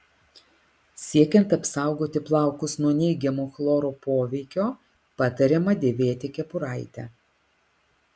siekiant apsaugoti plaukus nuo neigiamo chloro poveikio patariama dėvėti kepuraitę